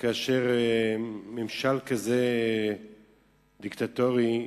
כאשר ממשל דיקטטורי כזה,